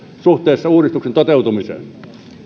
suhteessa uudistuksen toteutumiseen